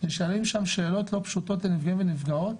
נשאלות שם שאלות לא פשוטות לנפגעים ונפגעות,